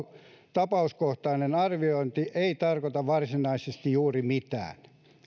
tapauskohtainen arviointi ei tarkoita varsinaisesti juuri mitään